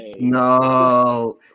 No